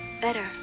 better